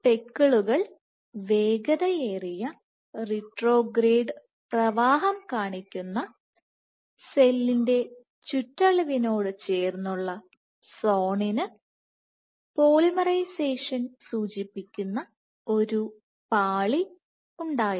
സ്പെക്കിളുകൾ വേഗതയേറിയ റിട്രോഗ്രേഡ് പ്രവാഹം കാണിക്കുന്ന സെല്ലിൻറെ ചുറ്റളവിനോട് ചേർന്നുള്ള സോണിന് പോളിമറൈസേഷൻ സൂചിപ്പിക്കുന്ന ഒരു പാളി ഉണ്ടായിരുന്നു